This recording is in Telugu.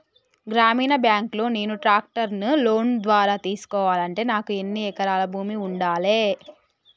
గ్రామీణ బ్యాంక్ లో నేను ట్రాక్టర్ను లోన్ ద్వారా తీసుకోవాలంటే నాకు ఎన్ని ఎకరాల భూమి ఉండాలే?